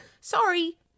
sorry